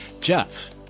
Jeff